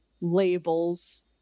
labels